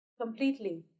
completely